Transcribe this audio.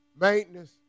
Maintenance